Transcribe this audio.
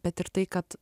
bet ir tai kad